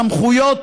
סמכויות